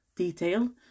detail